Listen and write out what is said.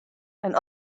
and